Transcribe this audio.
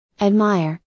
admire